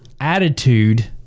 attitude